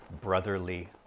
brotherly